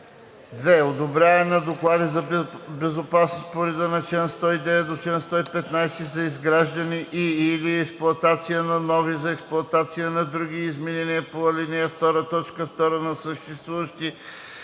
„2. одобряване на доклади за безопасност по реда на чл. 109 – 115 за изграждане и/или експлоатация на нови, за експлоатация на други или изменения по ал. 2, т. 2 на съществуващи